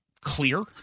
clear